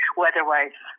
weather-wise